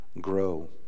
grow